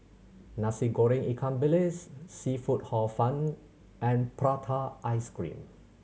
Nasi Goreng ikan bilis seafood Hor Fun and prata ice cream